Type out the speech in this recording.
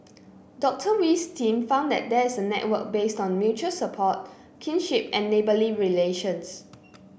Dr Wee's team found that there is a network based on mutual support kinship and neighbourly relations